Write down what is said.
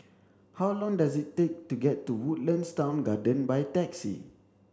how long does it take to get to Woodlands Town Garden by taxi